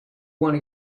wanna